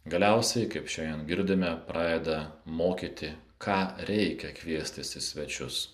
galiausiai kaip šiandien girdime pradeda mokyti ką reikia kviestis į svečius